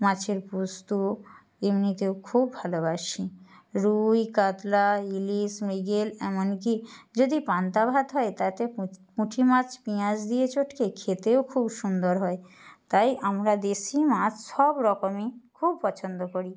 মাছের পোস্ত এমনিতেও খুব ভালোবাসি রুই কাতলা ইলিশ মৃগেল এমনকি যদি পান্তা ভাত হয় তাতে পুঁটি মাছ পিঁয়াজ দিয়ে চটকে খেতেও খুব সুন্দর হয় তাই আমরা দেশি মাছ সব রকমই খুব পছন্দ করি